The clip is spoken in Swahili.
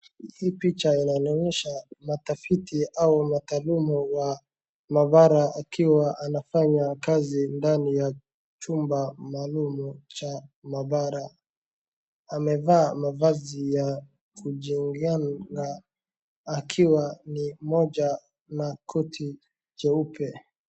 Hizi picha inanionyesha matafiti au mtaalamu wa mabarara akiwa anafanya kazi ndani ya chumba maalum cha mabarara amevaa mavazi ya kujinga akiwa ni moja na koti jeupe